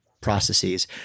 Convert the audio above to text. processes